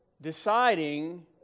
deciding